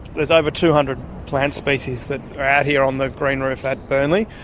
there's over two hundred plant species that are out here on the green roof at burnley,